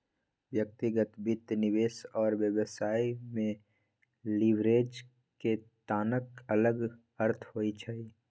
व्यक्तिगत वित्त, निवेश और व्यवसाय में लिवरेज के तनका अलग अर्थ होइ छइ